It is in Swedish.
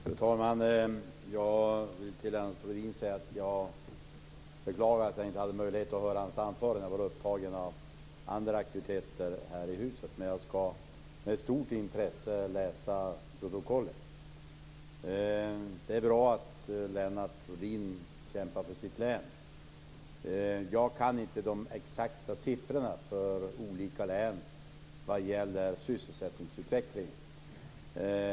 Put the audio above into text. Fru talman! Jag vill till Lennart Rohdin säga att jag beklagar att jag inte hade möjlighet att höra hans anförande. Jag var upptagen av andra aktiviteter här i huset. Men jag skall med stort intresse läsa protokollet. Det är bra att Lennart Rohdin kämpar för sitt län. Jag kan inte de exakta siffrorna för olika län vad gäller sysselsättningsutvecklingen.